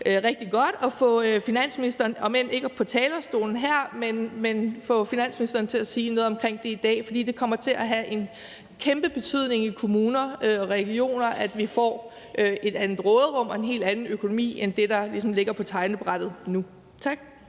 ikke op på talerstolen her, så til at sige noget omkring det i dag. For det kommer til at have en kæmpe betydning i kommuner og regioner, at vi får et andet råderum og en helt anden økonomi end det, der ligesom ligger på tegnebrættet nu. Tak.